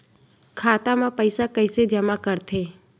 खाता म पईसा कइसे जमा करथे?